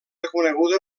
reconeguda